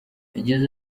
yagize